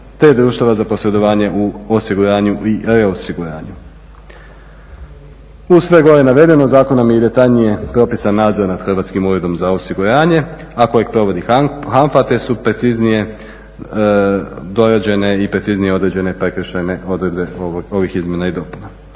te društava za posredovanje u osiguranju i E osiguranju. Uz sve gore navedeno zakonom je i detaljnije propisan nadzor na Hrvatskim uredom za osiguranje a kojeg provodi HANFA te su preciznije dorađene i preciznije određene prekršajne određene prekršajne odredbe ovih izmjena i dopuna.